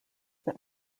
that